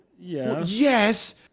Yes